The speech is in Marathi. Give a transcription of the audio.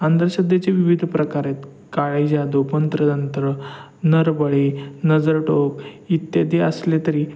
अंधश्रद्धेचे विविध प्रकार आहेत काळी जादू तंत्रतंत्र नरबळी नजर टोक इत्यादी असले तरी